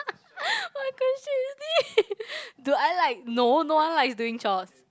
what question is this do I like no no one likes doing chores